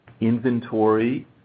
inventory